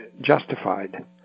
justified